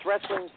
wrestling